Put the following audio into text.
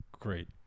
Great